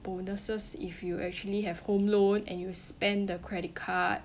bonuses if you actually have home loan and you spend the credit card